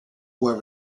were